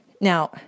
Now